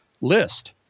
list